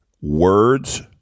Words